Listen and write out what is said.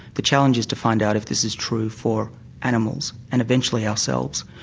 the challenge is to find out if this is true for animals and eventually ourselves.